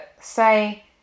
say